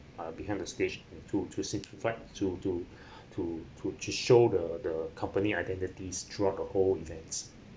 uh behind the stage in to to simplified to to to to to show the the company identities throughout the whole event